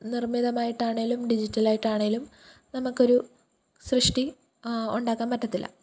നിർമ്മിതമായിട്ടാണെങ്കിലും ഡിജിറ്റലായിട്ടാണെങ്കിലും നമുക്കൊരു സൃഷ്ടി ഉണ്ടാക്കാൻ പറ്റത്തില്ല